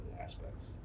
aspects